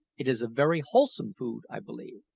it is very wholesome food, i believe.